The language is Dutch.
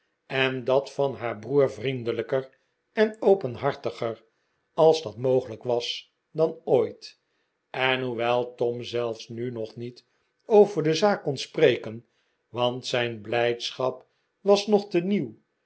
en dat van haar broer vriendelijker en openhartiger als dat mogelijk was dan ooit en hoewel tom zelfs nu nog niet over de zaak kon spreken want zijn blijdschap was nog te nieuw